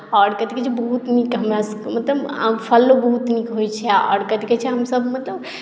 आओर कथी कहैत छै बहुत नीक हमरा सभके मतलब फलो बहुत नीक होइत छै आओर कथी कहैत छै मतलब हमसभ मतलब